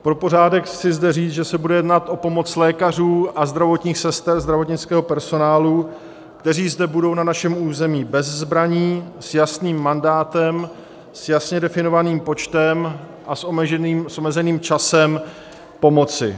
Pro pořádek chci zde říct, že se bude jednat o pomoc lékařů a zdravotních sester, zdravotnického personálu, kteří zde budou na našem území bez zbraní, s jasným mandátem, s jasně definovaným počtem a s omezeným časem pomoci.